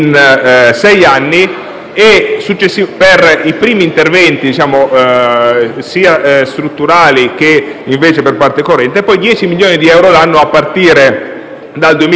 per i primi interventi sia strutturali che per parte corrente, e poi 10 milioni di euro l'anno a partire dal 2025 che resteranno poi